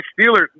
Steelers